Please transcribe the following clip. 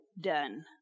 done